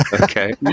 Okay